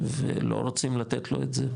ולא רוצים לתת לו את זה,